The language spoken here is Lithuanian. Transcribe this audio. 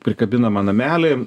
prikabinamą namelį